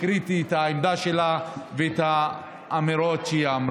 את עמדתה ואת אמירותיה.